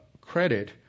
credit